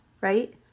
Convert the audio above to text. right